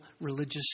religious